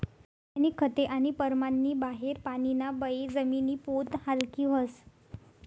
रासायनिक खते आणि परमाननी बाहेर पानीना बये जमिनी पोत हालकी व्हस